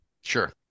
sure